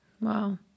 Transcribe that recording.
Wow